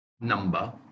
number